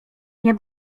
nie